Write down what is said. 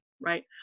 right